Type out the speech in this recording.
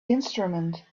instrument